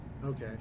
Okay